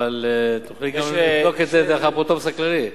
אבל תוכלי גם לבדוק את זה דרך האפוטרופוס הכללי.